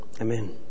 Amen